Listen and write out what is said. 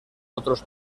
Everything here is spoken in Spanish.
otros